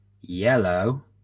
yellow